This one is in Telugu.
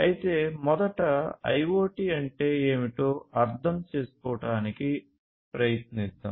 అయితే మొదట IoT అంటే ఏమిటో అర్థం చేసుకోవడానికి ప్రయత్నిద్దాం